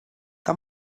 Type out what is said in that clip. que